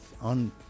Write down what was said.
on